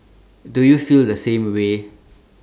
do you feel the same way